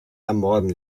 ermorden